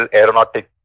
Aeronautic